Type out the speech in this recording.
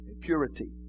purity